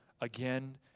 again